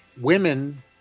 women